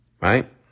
Right